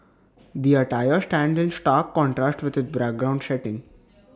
the attire stands in stark contrast with its background setting